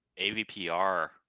AVPR